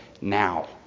now